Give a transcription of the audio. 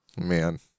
man